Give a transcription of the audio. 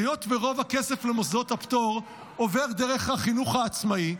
היות שרוב הכסף למוסדות הפטור עובר דרך החינוך העצמאי,